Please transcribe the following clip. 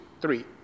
three